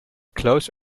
close